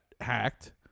hacked